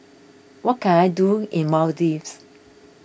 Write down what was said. what can I do in Maldives